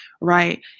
right